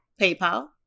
PayPal